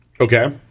Okay